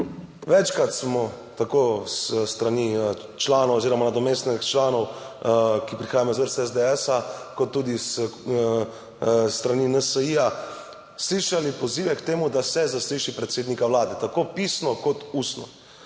Večkrat smo tako s strani članov oziroma nadomestnih članov, ki prihajajo iz vrst SDS, kot tudi s strani NSi, slišali pozive k temu, da se zasliši predsednika Vlade, tako pisno kot ustno.